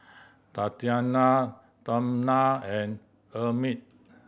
Tatianna and Emmitt